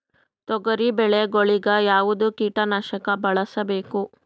ತೊಗರಿಬೇಳೆ ಗೊಳಿಗ ಯಾವದ ಕೀಟನಾಶಕ ಬಳಸಬೇಕು?